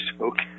okay